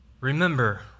Remember